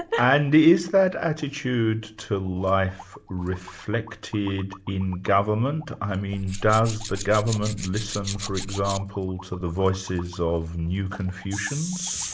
and is that attitude to life reflected in government? i mean does the government listen for example to the voices of new confucians?